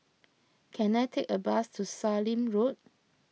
can I take a bus to Sallim Road